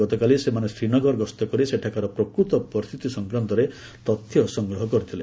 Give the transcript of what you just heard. ଗତକାଲି ସେମାନେ ଶ୍ରୀନଗର ଗସ୍ତକରି ସେଠାକାର ପ୍ରକୃତ ପରିସ୍ଥିତି ସଂକ୍ରାନ୍ତରେ ତଥ୍ୟ ସଂଗ୍ରହ କରିଥିଲେ